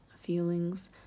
feelings